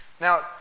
Now